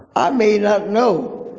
i may not know.